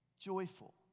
Joyful